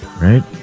Right